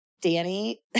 Danny